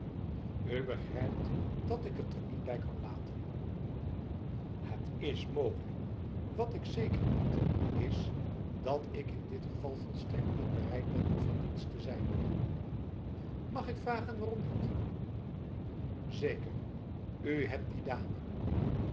u begrijpt dat ik het er niet bij kan laten het is mogelijk wat ik zeker weet is dat ik in dit geval volstrekt niet bereid ben u van dienst te zijn mag ik vragen waarom niet zeker u hebt die dameb